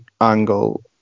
angle